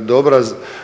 dobra i